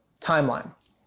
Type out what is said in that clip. timeline